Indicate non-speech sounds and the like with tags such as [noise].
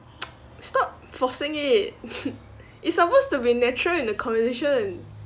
[noise] stop forcing it [laughs] it's supposed to be natural in the conversation